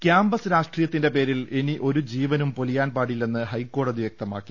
campus രാഷ്ട്രീയത്തിന്റെ പേരിൽ ഇനി ഒരു ജീവനും പൊലിയാൻ പാടില്ലെന്ന് ഹൈക്കോടതി വൃക്തമാക്കി